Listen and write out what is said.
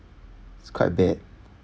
it's quite bad